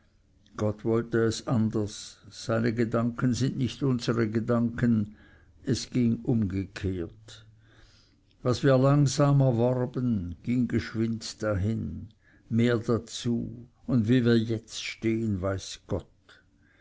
gott wollte es anders seine gedanken sind nicht unsere gedanken es ging umgekehrt was wir langsam erworben ging geschwind dahin mehr dazu und wie wir jetzt stehn weiß gott